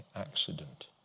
accident